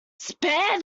spare